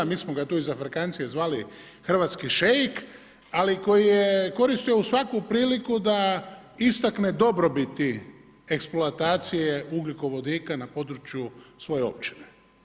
Mi smo ga tu iz zafrkancije zvali hrvatski šeik, ali koje koristio svaku priliku da istakne dobrobiti eksploatacije ugljikovodika na području svoje općine.